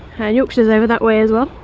and yorkshire's over that way as well.